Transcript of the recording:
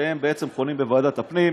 שהם חונים בוועדת הפנים,